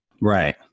Right